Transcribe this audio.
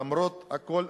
למרות הכול,